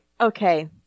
Okay